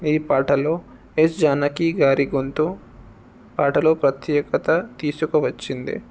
ఈ పాటలు ఎస్ జానకి గారి గుంతు పాటలు ప్రత్యేకత తీసుకువచ్చింది